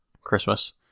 Christmas